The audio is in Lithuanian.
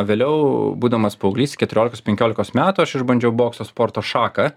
vėliau būdamas paauglys keturiolikos penkiolikos metų aš išbandžiau bokso sporto šaką